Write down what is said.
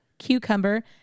cucumber